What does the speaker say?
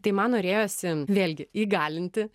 tai man norėjosi vėlgi įgalinti